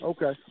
Okay